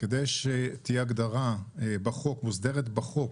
כדי שתהיה הגדרה מוסדרת בחוק